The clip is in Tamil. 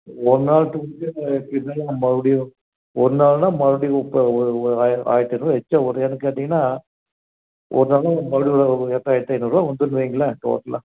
ஒரு நாள் தூங்கிட்டு மறுடியும் ஒரு நாள்னா மறுடியும் இப்போ ஒரு ஒரு ஆயி ஆயிரத்து ஐந்நூறுரூவா எக்ஸ்ட்ரா வரும் ஏன்னு கேட்டிங்கன்னா ஒரு நாள்னா உங்களுக்கு எட்டாயிரத்து ஐந்நூறுரூவா வந்துரும் வைங்களேன் டோட்டலாக